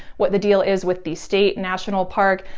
what the deal is with the state national park,